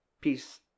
peace